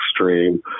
extreme